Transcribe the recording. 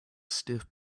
stiff